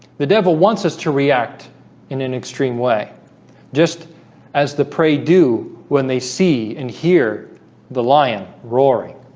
the devil wants us to react in an extreme way just as the prey do when they see and hear the lion roaring